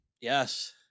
Yes